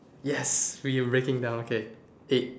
yes we breaking down okay eight